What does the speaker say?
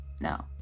No